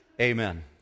Amen